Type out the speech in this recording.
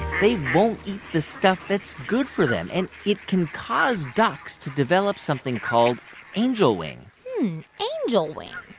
they won't eat the stuff that's good for them. and it can cause ducks to develop something called angel wing angel wing.